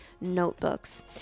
notebooks